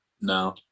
No